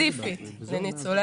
ספציפית לניצולי השואה.